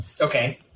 Okay